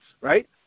right